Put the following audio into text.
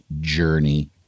journey